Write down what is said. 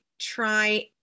try